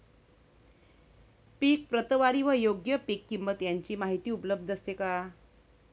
पीक प्रतवारी व योग्य पीक किंमत यांची माहिती उपलब्ध असते का?